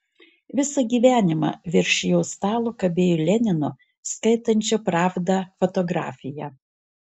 visą gyvenimą virš jo stalo kabėjo lenino skaitančio pravdą fotografija